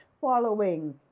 following